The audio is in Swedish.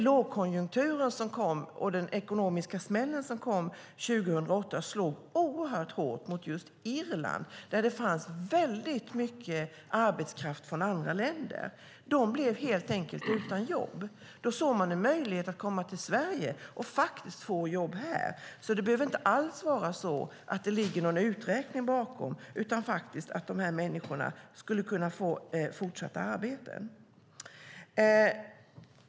Lågkonjunkturen och den ekonomiska smällen som kom 2008 slog oerhört hårt mot just Irland där det fanns mycket arbetskraft från andra länder. De blev helt enkelt utan jobb. Då såg man en möjlighet att komma till Sverige och få jobb här. Det behöver inte alls ligga någon uträkning bakom. Det kan faktiskt vara så att de här människorna ville kunna fortsätta att arbeta.